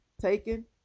taken